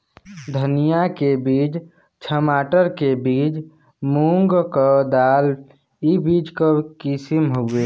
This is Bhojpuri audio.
धनिया के बीज, छमाटर के बीज, मूंग क दाल ई बीज क किसिम हउवे